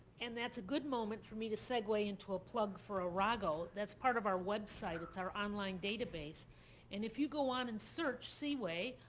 and that's a good moment for me to segue into a plug for arago, that's part of our website. it's our online database and if you go on and search seaway,